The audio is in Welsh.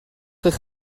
gloch